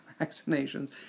vaccinations